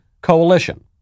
coalition